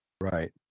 right